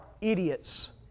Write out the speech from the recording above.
idiots